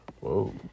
Whoa